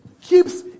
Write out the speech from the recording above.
keeps